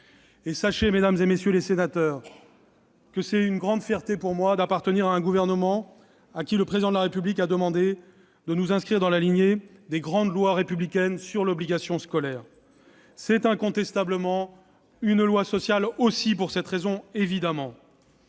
Sachez, mesdames, messieurs les sénateurs, que c'est une grande fierté pour moi d'appartenir à un gouvernement à qui le Président de la République a demandé de s'inscrire dans la lignée des grandes lois républicaines sur l'obligation scolaire. Incontestablement, il s'agit aussi évidemment